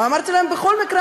אמרתי להם: בכל מקרה,